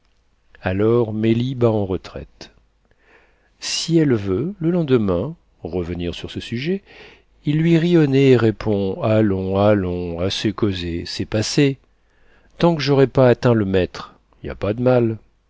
alors mélie bat en retraite si elle veut le lendemain revenir sur ce sujet il lui rit au nez et répond allons allons assez causé c'est passé tant qu'jaurai pas atteint le mètre y a pas de mal